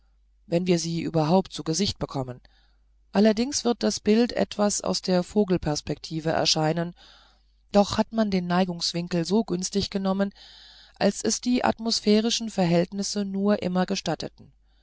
wenn wir sie überhaupt zu gesicht bekommen allerdings wird das bild etwas aus der vogelperspektive erscheinen doch hat man den neigungswinkel so günstig genommen als es die atmosphärischen verhältnisse nur immer gestatteten